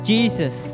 Jesus